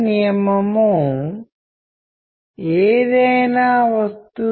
మనము ఇప్పుడు కొనసాగుతున్నప్పుడు వాటిలో కొన్నింటిని చర్చిస్తాము